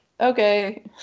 okay